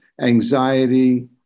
anxiety